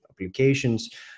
applications